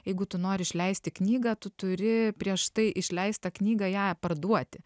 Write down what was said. jeigu tu nori išleisti knygą tu turi prieš tai išleistą knygą ją parduoti